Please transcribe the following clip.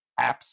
apps